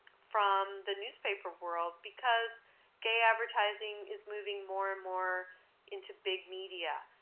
from the newspaper world because gay advertising is moving more and more into big media.